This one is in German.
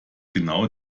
genau